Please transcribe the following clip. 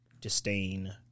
disdain